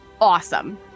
awesome